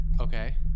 Okay